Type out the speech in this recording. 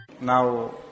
Now